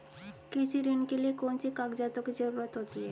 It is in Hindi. कृषि ऋण के लिऐ कौन से कागजातों की जरूरत होती है?